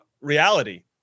reality